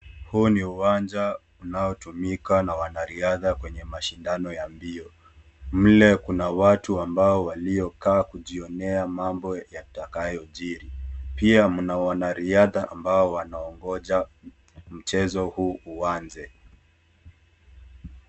Huu ni uwanja unaotumika na wanariadha kwenye mashindano ya mbio. Mle kuna watu ambao waliokaa kujionea mambo yatakayojiri. Pia mna wanariadha ambao wanangoja mchezo huu .